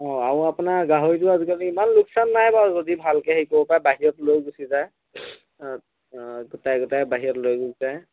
অ আৰু আপোনাৰ গাহৰিটো আজিকালি ইমান লোকচান নাই বাৰু যদি ভালকৈ হেৰি কৰিব পাৰে বাহিৰত লৈ গুচি যায় গোটাই গোটাই বাহিৰত লৈ গুচি যায়